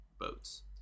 boats